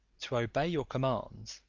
to obey your commands,